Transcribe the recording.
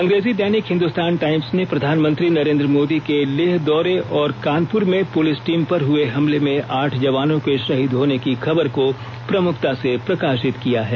अंग्रेजी दैनिक हिंदुस्तान टाइम्स ने प्रधानमंत्री नरेंद्र मोदी के लेह दौरे और कानपुर में पुलिस टीम पर हुए हमले में आठ जवानों के शहीद होने की खबर को प्रमुखता से प्रकाषित किया है